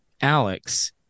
Alex